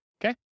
Okay